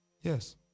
Yes